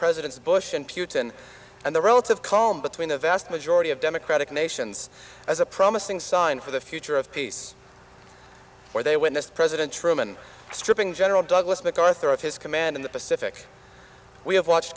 presidents bush and putin and the relative calm between the vast majority of democratic nations as a promising sign for the future of peace where they witnessed president truman stripping general douglas macarthur of his command in the pacific we have watched